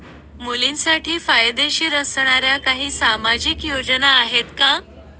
मुलींसाठी फायदेशीर असणाऱ्या काही सामाजिक योजना आहेत का?